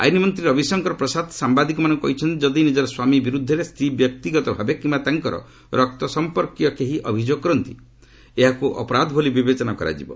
ଆଇନମନ୍ତ୍ରୀ ରବିଶଙ୍କର ପ୍ରସାଦ ସାୟାଦିକମାନଙ୍କୁ କହିଛନ୍ତି ଯଦି ନିଜର ସ୍ୱାମୀ ବିରୁଦ୍ଧରେ ସ୍ତ୍ରୀ ବ୍ୟକ୍ତିଗତ ଭାବେ କିମ୍ବା ତାଙ୍କର ରକ୍ତସଂପର୍କୀୟ କେହି ଅଭିଯୋଗ କରନ୍ତି ଏହାକୁ ଅପରାଧ ବୋଲି ବିବେଚନା କରାଯିବ